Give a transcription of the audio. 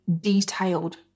detailed